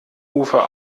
ufer